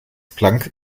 planck